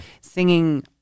singing